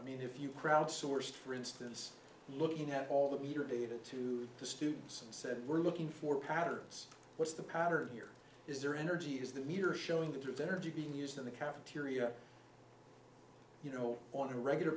i mean if you crowd sourced for instance looking at all the meter data to the students and said we're looking for patterns what's the pattern here is there energy is the meter showing through the energy being used in the cafeteria you know on a regular